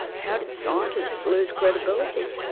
how did scientists lose credibility?